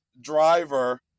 driver